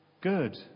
good